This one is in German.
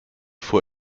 vor